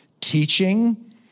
teaching